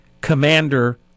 commander